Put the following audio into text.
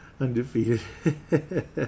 undefeated